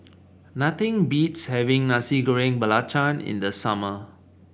nothing beats having Nasi Goreng Belacan in the summer